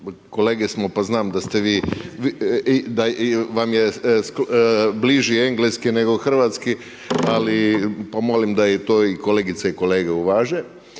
kolege smo pa znam da ste vi, da vam je bliži engleski nego hrvatski ali, pa molim da to i kolegice i kolege uvaže.